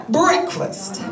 breakfast